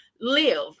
live